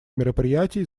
мероприятий